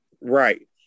Right